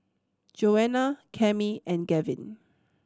Joanna Cami and Gavin